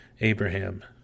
Abraham